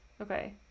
Okay